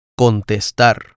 Contestar